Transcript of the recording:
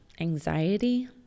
anxiety